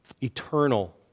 eternal